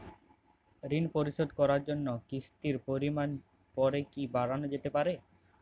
ঋন পরিশোধ করার জন্য কিসতির পরিমান পরে কি বারানো যেতে পারে?